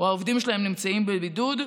שהעובדים שלהם נמצאים בבידוד.